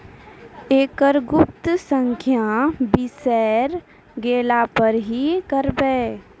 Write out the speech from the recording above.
एकरऽ गुप्त संख्या बिसैर गेला पर की करवै?